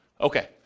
Okay